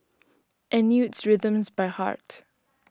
and knew its rhythms by heart